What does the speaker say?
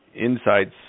insights